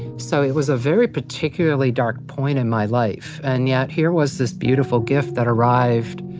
so it was a very particularly dark point in my life and yet here was this beautiful gift that arrived.